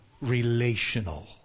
relational